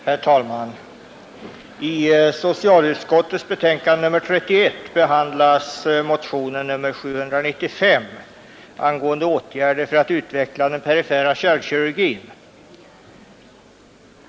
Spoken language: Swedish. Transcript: Herr talman! I socialutskottets betänkande nr 31 behandlas motionen 795 angående åtgärder för att utveckla den perifera kärlkirurgin.